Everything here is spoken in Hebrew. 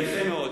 יפה מאוד.